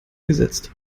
gesetzt